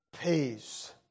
Peace